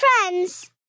friends